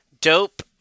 dope